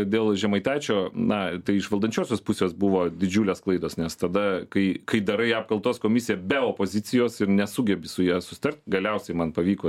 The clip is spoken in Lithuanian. dėl žemaitaičio na tai iš valdančiosios pusės buvo didžiulės klaidos nes tada kai kai darai apkaltos komisiją be opozicijos ir nesugebi su ja susitart galiausiai man pavyko